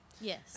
Yes